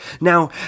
Now